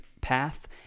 path